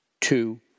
Two